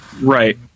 Right